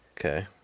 Okay